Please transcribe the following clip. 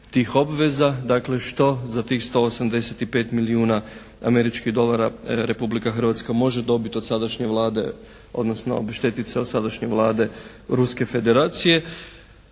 tih obveza dakle što za tih 185 milijuna američkih dolara Republika Hrvatska može dobiti od sadašnje Vlade odnosno obeštetiti se od sadašnje Vlade Ruske Federacije.